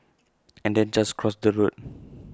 and then just cross the road